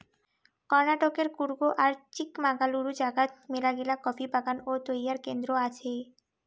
কর্ণাটকের কূর্গ আর চিকমাগালুরু জাগাত মেলাগিলা কফি বাগান ও তৈয়ার কেন্দ্র আছে